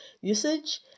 usage